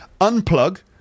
Unplug